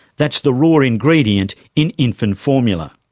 that's the raw ingredient in infant formula.